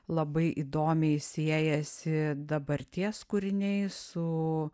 labai įdomiai siejasi dabarties kūriniai su